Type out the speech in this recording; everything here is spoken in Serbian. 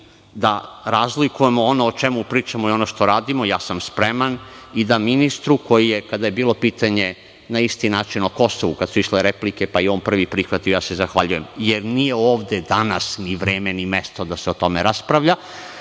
da razlikujemo ono o čemu pričamo i ono što radimo, spreman sam i da ministru kada je bilo pitanje na isti način o Kosovu, kada su išle replike, pa i on prvi prihvatio i ja se zahvaljujem. Nije ovde danas ni vreme ni mesto da se o tome raspravlja.